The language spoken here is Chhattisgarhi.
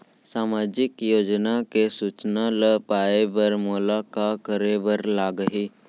सामाजिक योजना के सूचना ल पाए बर मोला का करे बर लागही?